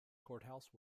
courthouse